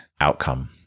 outcome